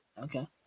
Okay